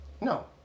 No